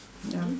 ya